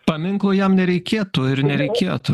paminklo jam nereikėtų ir nereikėtų